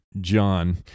John